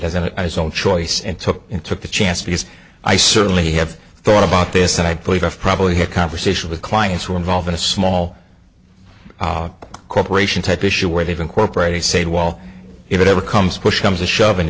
doesn't it and his own choice and took in took the chance because i certainly have thought about this and i put i've probably had conversation with clients who are involved in a small corporation type issue where they've incorporated say well if it ever comes push comes to shove an